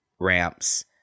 ramps